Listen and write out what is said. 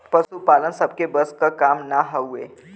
पसुपालन सबके बस क काम ना हउवे